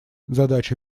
задача